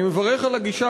אני מברך על הגישה,